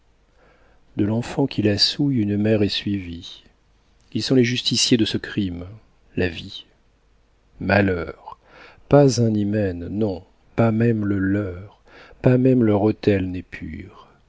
de l'enfant qui la souille une mère est suivie ils sont les justiciers de ce crime la vie malheur pas un hymen non pas même le leur pas même leur autel n'est pur